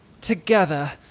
Together